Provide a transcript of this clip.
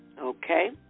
Okay